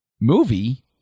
movie